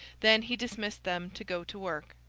then he dismissed them to go to work.